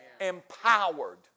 Empowered